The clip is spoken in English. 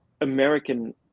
American